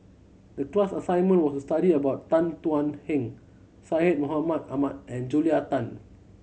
the class assignment was to study about Tan Thuan Heng Syed Mohamed Ahmed and Julia Tan